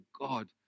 God